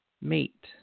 mate